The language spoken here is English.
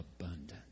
abundant